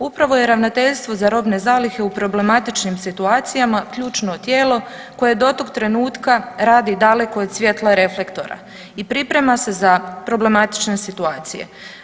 Upravo je Ravnateljstvo za robne zalihe u problematičnim situacijama ključno tijelo koje do tog trenutka radi daleko od svjetla reflektora i priprema se za problematične situacije.